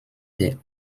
der